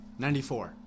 94